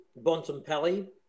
Bontempelli